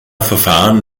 verfahren